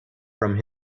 from